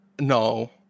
No